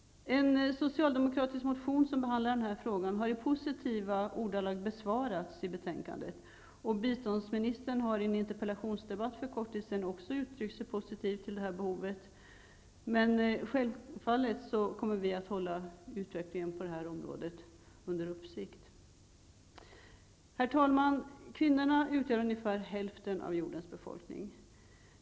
En socialdemokratisk motion i vilken denna fråga behandlas har i positiva ordalag besvarats i betänkandet. Biståndsministern har i en interpellationsdebatt för en kort tid sedan också ställt sig positiv till detta behov. Men självfallet kommer vi att hålla utvecklingen på detta område under uppsikt. Herr talman! Kvinnorna utgör ungefär hälften av jordens beolkning.